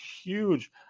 huge